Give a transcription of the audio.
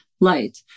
light